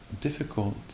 difficult